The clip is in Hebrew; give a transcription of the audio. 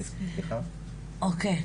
אוקיי.